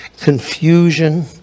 confusion